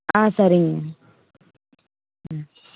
ஆ சரிங்க ம்